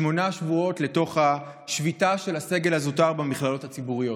שמונה שבועות לתוך השביתה של הסגל הזוטר במכללות הציבוריות,